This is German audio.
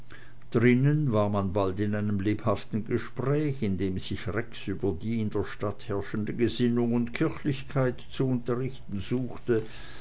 drinnen war man bald in einem lebhaften gespräch in dem sich rex über die in der stadt herrschende gesinnung und kirchlichkeit zu unterrichten suchte